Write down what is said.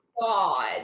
God